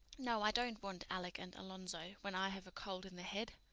no, i don't want alec and alonzo when i have a cold in the head.